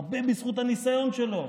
הרבה בזכות הניסיון שלו.